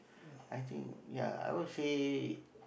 I think ya I'll say